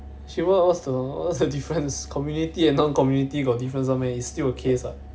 shit what what what's the difference community and non community got difference one meh is still a case ah